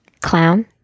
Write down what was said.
Clown